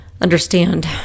understand